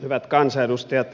hyvät kansanedustajat